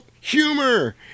humor